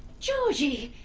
georgie!